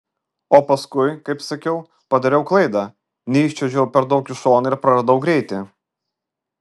o paskui kaip sakiau padariau klaidą neiščiuožiau per daug į šoną ir praradau greitį